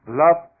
love